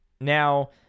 Now